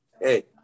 hey